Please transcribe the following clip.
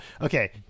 Okay